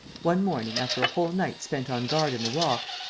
one morning, after a whole night spent on guard in the rock,